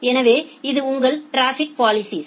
எனவே இது உங்கள் டிராஃபிக் பாலிஸிஸ்